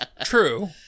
True